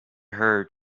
heard